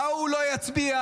ההוא לא יצביע,